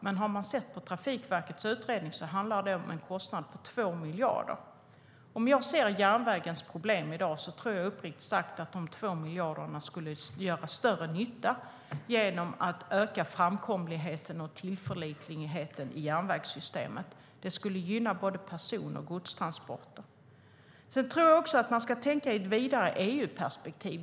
Men enligt Trafikverkets utredning handlar det om en kostnad på 2 miljarder. Jag ser järnvägens problem i dag och tror uppriktigt sagt att dessa 2 miljarder skulle göra större nytta genom att öka framkomligheten och tillförlitligheten i järnvägssystemet. Det skulle gynna både person och godstransporter. Jag tror också att man ska tänka i ett vidare EU-perspektiv.